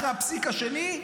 אחרי הפסיק השני,